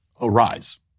arise